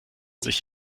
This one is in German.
sich